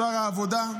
שר העבודה,